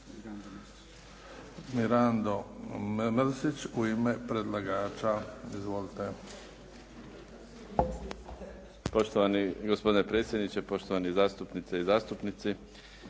Mirando Mrsić u ime predlagača. Izvolite. **Mrsić, Mirando (SDP)** Poštovani gospodine predsjedniče, poštovani zastupnice i zastupnici.